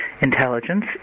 intelligence